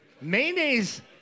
Mayonnaise